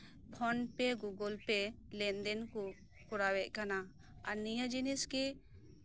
phone ᱯᱮ Google ᱯᱮ ᱞᱮᱱᱫᱮᱱ ᱠᱚ ᱠᱚᱨᱟᱣᱭᱮᱫ ᱠᱟᱱᱟ ᱱᱤᱭᱟᱹ ᱡᱤᱱᱤᱥᱜᱮ